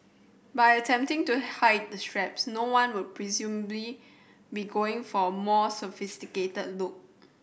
by attempting to hide the straps no one would presumably be going for a more sophisticated look